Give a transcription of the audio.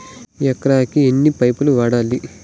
ఎకరాకి ఎన్ని పైపులు వాడాలి?